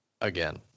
again